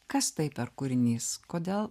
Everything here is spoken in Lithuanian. kas tai per kūrinys kodėl